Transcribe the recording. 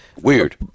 Weird